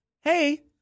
hey